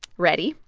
ready?